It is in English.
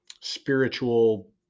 spiritual